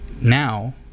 now